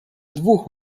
dwóch